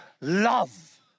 love